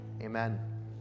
Amen